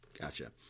Gotcha